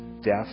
death